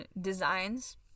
designs